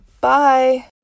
Bye